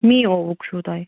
می او وُک چھو تۄہہِ